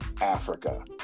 Africa